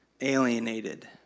alienated